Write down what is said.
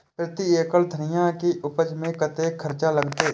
प्रति एकड़ धनिया के उपज में कतेक खर्चा लगते?